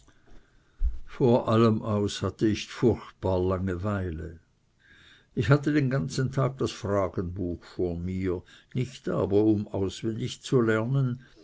vor allem aus hatte ich furchtbar langeweile ich hatte den ganzen tag das fragenbuch vor mir nicht aber um auswendig zu lernen